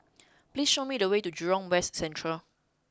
please show me the way to Jurong West Central